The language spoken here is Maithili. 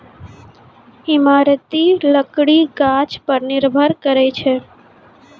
इमारती लकड़ी गाछ पर निर्भर करै छै